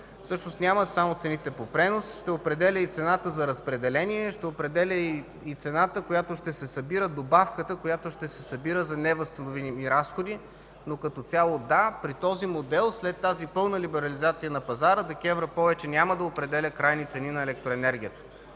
Всъщност няма само цените по пренос, ще определя и цената за разпределение, ще определя и добавката, която ще се събира за невъзстановими разходи. Като цяло – да. При този модел, след тази пълна либерализация на пазара, ДКЕВР повече няма да определя крайните цени на електроенергията.